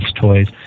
toys